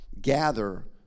gather